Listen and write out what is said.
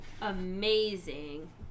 amazing